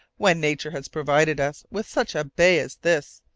when nature has provided us with such a bay as this,